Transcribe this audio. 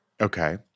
Okay